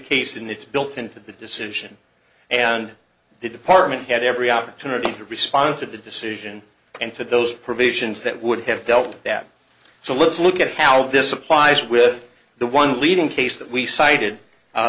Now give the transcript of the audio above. case and it's built into the decision and the department had every opportunity to respond to the decision and for those provisions that would have dealt with that so let's look at how this applies with the one leading case